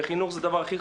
וחינוך זה דבר הכי חשוב,